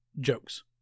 jokes